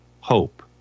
hope